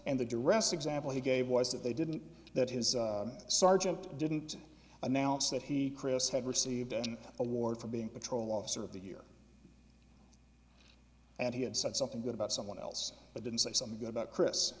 and the dress example he gave was that they didn't that his sergeant didn't announce that he chris had received an award for being patrol officer of the year and he had said something good about someone else but didn't say something good about chris